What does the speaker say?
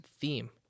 theme